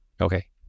Okay